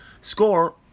Score